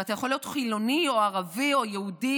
ואתה יכול להיות חילוני או ערבי או יהודי.